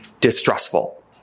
distrustful